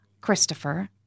Christopher